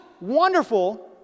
wonderful